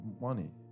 money